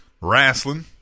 Wrestling